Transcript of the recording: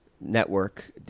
network